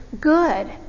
good